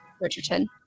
Richardson